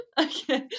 Okay